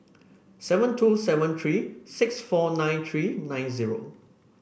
seven two seven three six four nine three nine zero